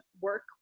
work